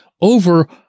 over